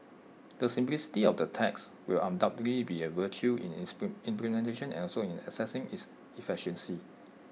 the simplicity of the tax will undoubtedly be A virtue in its implementation and also in assessing its efficacy